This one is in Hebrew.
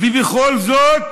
ובכל זאת